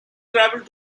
traveled